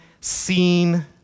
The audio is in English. seen